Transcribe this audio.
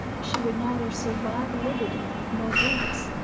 she would neither survive liberty nor brutus,